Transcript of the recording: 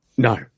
No